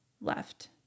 left